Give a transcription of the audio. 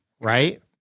right